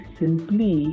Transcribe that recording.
simply